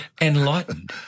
Enlightened